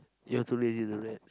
you're too lazy to do that